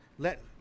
Let